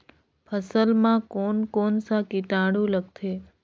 फसल मा कोन कोन सा कीटाणु लगथे?